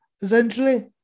essentially